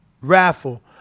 Raffle